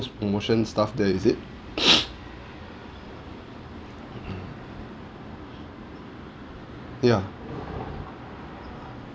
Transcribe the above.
~st promotion stuff there is it ya